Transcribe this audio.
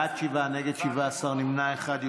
בעד, שבעה, נגד, 17, נמנע אחד.